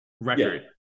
record